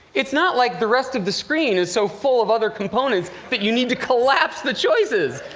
it's not like the rest of the screen is so full of other components that you need to collapse the choices.